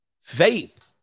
Faith